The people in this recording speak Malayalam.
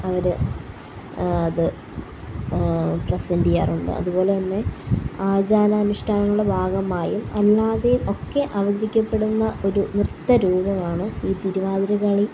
അവര് അത് പ്രെസൻ്റെ ചെയ്യാറുണ്ട് അത് പോലെ തന്നെ ആചാര അനുഷ്ടാനങ്ങളുടെ ഭാഗമായും അല്ലാതേയും ഒക്കെ അവതരിക്കപ്പെടുന്ന ഒരു നൃത്ത രൂപമാണ് ഈ തിരുവാതിര കളി